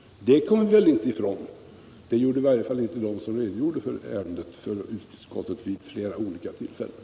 Det kommer vi inte ifrån — det gjorde i varje fall inte de som redogjorde för ärendet i utrikesutskottet vid flera olika tillfällen.